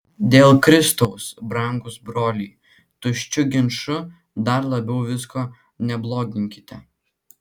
dėl kristaus brangūs broliai tuščiu ginču dar labiau visko nebloginkite